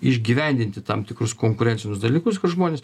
išgyvendinti tam tikrus konkurencinius dalykus kad žmonės